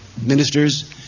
ministers